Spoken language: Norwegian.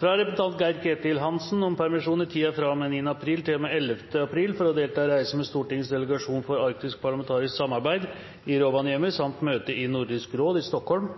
fra representanten Geir-Ketil Hansen om permisjon i tiden fra og med 9. april til og med 11. april for å delta i reise med Stortingets delegasjon for arktisk parlamentarisk samarbeid, til Rovaniemi, samt møte i Nordisk Råd i Stockholm